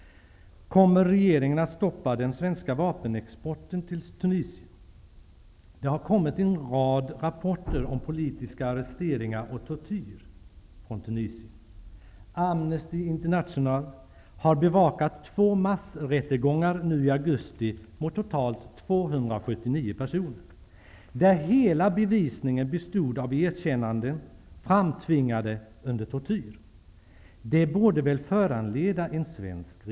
Kommer regeringen att stoppa den svenska vapenexporten till Tunisien? En rad rapporter om politiska arresteringar och tortyr har kommit från Tunisien. Amnesty International har bevakat två massrättegångar nu i augusti mot totalt 279 personer. Hela bevisningen bestod av erkännanden framtvingade under tortyr. Det borde väl föranleda en svensk reaktion.